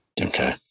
Okay